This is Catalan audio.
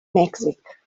mèxic